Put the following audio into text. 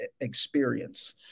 experience